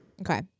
Okay